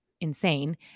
insane